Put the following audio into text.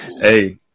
Hey